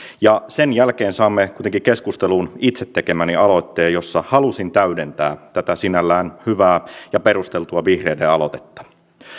ja sen jälkeen saamme keskusteluun itse tekemäni aloitteen jossa halusin täydentää tätä sinällään hyvää ja perusteltua vihreiden aloitetta